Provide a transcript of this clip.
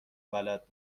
بلد